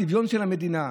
של הצביון של המדינה,